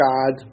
God